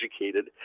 educated